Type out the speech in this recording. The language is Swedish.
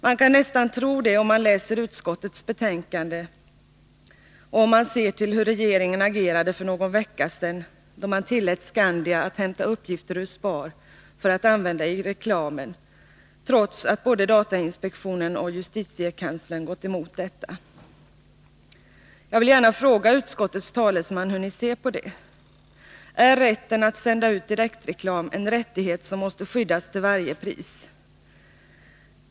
Man kan nästan tro det, om man läser utskottets betänkande och om man ser till hur regeringen agerade för någon vecka sedan, då man tillät Skandia att hämta uppgifter ur SPAR för att använda i reklamen, trots att både datainspektionen och justitiekanslern gått emot detta. Jag vill gärna fråga utskottets talesman hur ni ser på denna sak. Är rätten att sända ut direktreklam en rättighet som måste skyddas till varje pris?